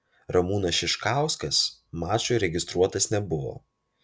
ramūnas šiškauskas mačui registruotas nebuvo